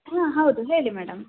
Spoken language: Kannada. ಹಾಂ ಹೌದು ಹೇಳಿ ಮೇಡಮ್